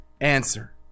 answer